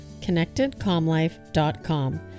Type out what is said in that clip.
connectedcalmlife.com